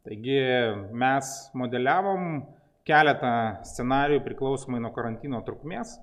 taigi mes modeliavom keletą scenarijų priklausomai nuo karantino trukmės